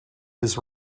his